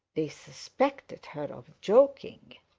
they suspected her of joking.